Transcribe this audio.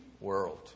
world